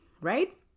right